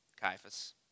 Caiaphas